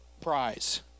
prize